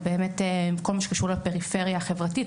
ובאמת כל מה שקשור לפריפריה החברתית,